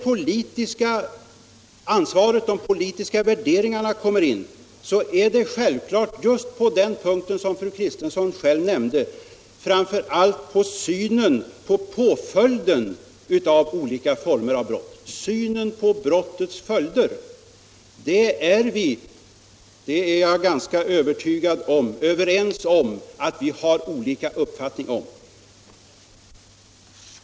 De politiska värderingarna kommer självklart in på den punkt som fru Kristensson själv nämnde, nämligen synen på brottets följder. Det är vi — det är jag övertygad om — överens om att vi har olika uppfattningar om.